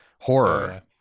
horror